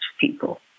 people